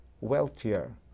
wealthier